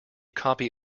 copy